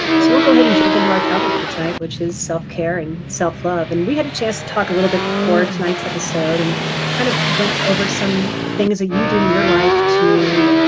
so we'll go ahead and jump into our topic for tonight which is self-care and self-love. and we had a chance to talk a little bit before tonight's episode and kind of went over some things that you do in your life to you